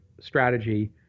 strategy